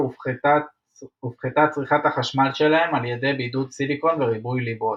הופחתה צריכת החשמל שלהם על ידי בידוד סיליקון וריבוי ליבות.